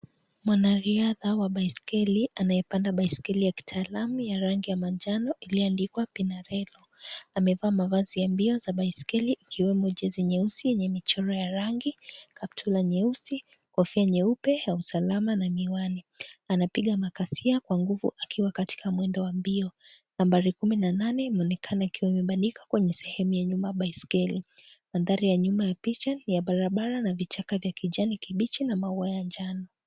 Mwanariadha wa baiskeli anaye panda baiskeli ya kitaalama ya rangi ya manjano iliyoandikwa PinaRello amevaa mavazi ya mbio za baiskeli ikiwemo jezi nyeusi yenye michoro ya rangi kaptura nyeusi kofia nyeupe ya usalama na miwani, anapiga makasiz kwa nguvu akiwa katikati mwendo wa mbio, nambari kumi na nane inaonekana ikiwa imebandikwa kwa sehemu ya nyuma baiskeli, mandari ya nyuma ya picha niya barabara vichaka vya kijani kibichi na maua ya njano.